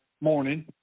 morning